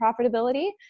profitability